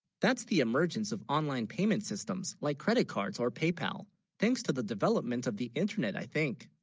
that's the emergence of online payment systems like credit cards or paypal thanks to the development of the internet i think